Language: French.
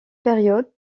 période